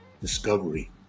discovery